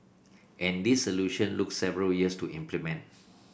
and this solution look several years to implement